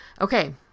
Okay